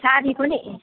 साडी पनि